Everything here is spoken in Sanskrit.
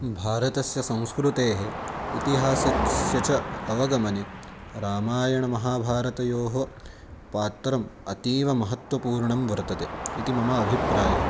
भारतस्य संस्कृतेः इतिहासस्य च अवगमने रामायणमहाभारतयोः पात्रम् अतीवमहत्त्वपूर्णं वर्तते इति मम अभिप्रायः